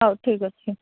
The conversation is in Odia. ହଉ ଠିକ୍ ଅଛି